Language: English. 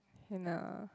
and uh